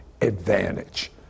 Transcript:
advantage